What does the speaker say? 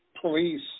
police